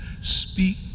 speak